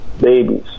babies